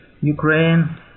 Ukraine